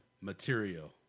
material